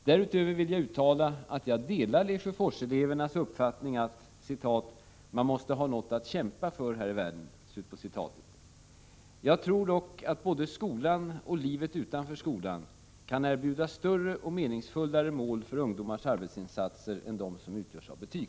Därutöver vill jag uttala att jag delar Lesjöforselevernas uppfattning att ”man måste ha något att kämpa för här i världen”. Jag tror dock att både skolan och livet utanför skolan kan erbjuda större och meningsfullare mål för ungdomars arbetsinsatser än dem som utgörs av betyg.